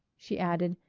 she added,